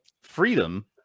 freedom